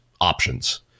options